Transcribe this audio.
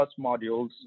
modules